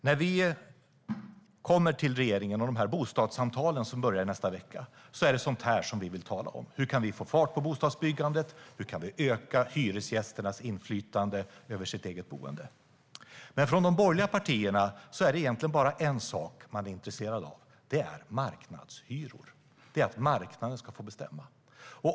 När vi kommer till regeringen och de bostadssamtal som börjar i nästa vecka är det sådant som vi vill tala om. Hur kan vi få fart på bostadsbyggandet? Hur kan vi öka hyresgästernas inflytande över sitt eget boende? Från de borgerliga partierna är det egentligen bara en sak man är intresserad av. Det är marknadshyror. Det är att marknaden ska få bestämma.